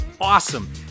awesome